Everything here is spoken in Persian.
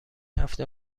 هفته